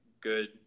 good –